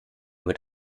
mit